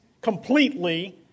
completely